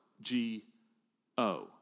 G-O